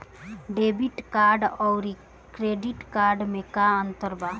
Debit card आउर credit card मे का अंतर बा?